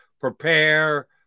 prepare